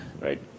right